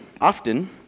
often